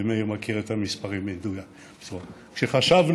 ומאיר מכיר את המספרים במדויק: כשחשבנו,